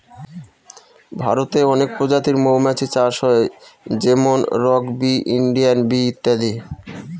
ভারতে অনেক প্রজাতির মৌমাছি চাষ হয় যেমন রক বি, ইন্ডিয়ান বি ইত্যাদি